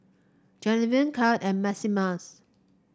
Granville Cade and Maximus